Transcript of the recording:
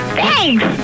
Thanks